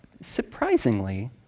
surprisingly